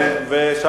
למה?